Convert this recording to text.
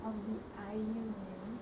I'll be I U man